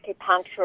acupuncture